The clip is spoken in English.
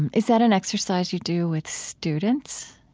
and is that an exercise you do with students?